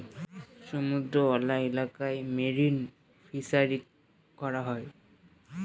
সমুদ্রওয়ালা এলাকা গুলোতে মেরিন ফিসারী করা হয়